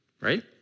Right